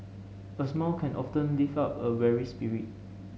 a smile can often lift up a weary spirit